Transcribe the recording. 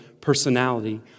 personality